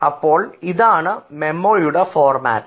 അപ്പോൾ ഇതാണ് മെമ്മോയുടെ ഫോർമാറ്റ്